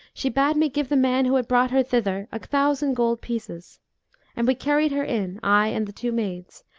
she bade me give the man who had brought her thither a thousand gold pieces and we carried her in, i and the two maids,